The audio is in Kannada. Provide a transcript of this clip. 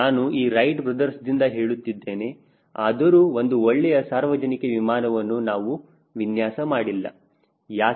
ನಾನು ಈ ರೈಟ್ ಬ್ರದರ್ಸ್Wright Brother's ದಿಂದ ಹೇಳುತ್ತಿದ್ದೇನೆ ಆದರೂ ಒಂದು ಒಳ್ಳೆಯ ಸಾರ್ವಜನಿಕ ವಿಮಾನವನ್ನು ನಾವು ವಿನ್ಯಾಸ ಮಾಡಿಲ್ಲ ಯಾಕೆ